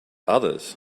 others